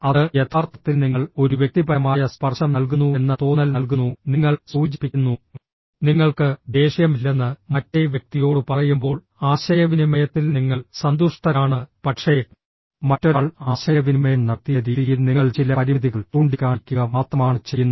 അത് യഥാർത്ഥത്തിൽ നിങ്ങൾ ഒരു വ്യക്തിപരമായ സ്പർശം നൽകുന്നുവെന്ന തോന്നൽ നൽകുന്നു നിങ്ങൾ സൂചിപ്പിക്കുന്നു നിങ്ങൾക്ക് ദേഷ്യമില്ലെന്ന് മറ്റേ വ്യക്തിയോട് പറയുമ്പോൾ ആശയവിനിമയത്തിൽ നിങ്ങൾ സന്തുഷ്ടരാണ് പക്ഷേ മറ്റൊരാൾ ആശയവിനിമയം നടത്തിയ രീതിയിൽ നിങ്ങൾ ചില പരിമിതികൾ ചൂണ്ടിക്കാണിക്കുക മാത്രമാണ് ചെയ്യുന്നത്